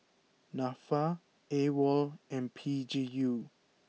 Nafa Awol and P G U